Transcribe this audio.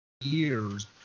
years